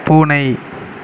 பூனை